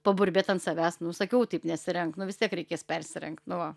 paburbėt ant savęs nu sakiau taip nesirenk nu vis tiek reikės persirengt nu va